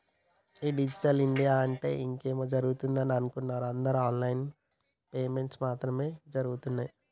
ఈ digital India అంటే ఇంకేమో జరుగుతదని అనుకున్నరు అందరు ఆన్ లైన్ పేమెంట్స్ మాత్రం జరగుతున్నయ్యి